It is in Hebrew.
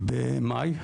במאי.